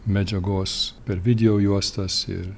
medžiagos per videojuostas ir